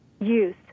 use